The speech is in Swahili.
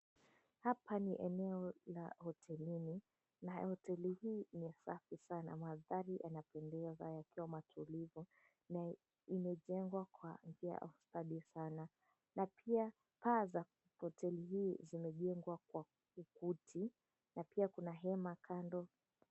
Hapa ni eneo la hotelini na hoteli hii ni safi sana maandhari yanapendeza yakiwa matulivu na imejengwa kwa njia ya ustadi sana na pia paa za hoteli hii zimejengwa kwa ukuti na pia kuna hema kando.